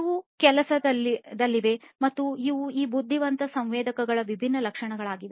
ಅವು ಕೆಲಸದಲ್ಲಿವೆ ಮತ್ತು ಇವು ಈ ಬುದ್ಧಿವಂತ ಸಂವೇದಕಗಳ ವಿಭಿನ್ನ ಲಕ್ಷಣಗಳಾಗಿವೆ